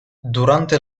durante